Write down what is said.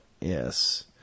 yes